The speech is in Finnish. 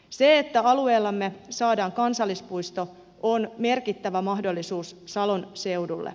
se että alueellemme saadaan kansallispuisto on merkittävä mahdollisuus salon seudulle